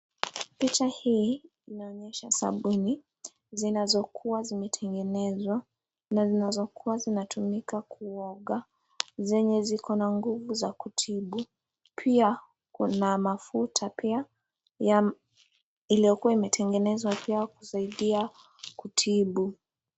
Picha hii inaonyesha sabuni zinazokuwa zimetengenezwa na zinazokuwa zinatumika kuoga zenye ziko na nguvu za kutibu. Pia kuna mafuta pia iliyokuwa imetengenezwa pia kusaidia kutibu.